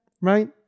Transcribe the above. right